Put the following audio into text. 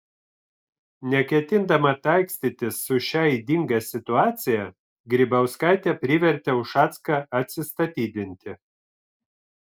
neketindama taikstytis su šia ydinga situacija grybauskaitė privertė ušacką atsistatydinti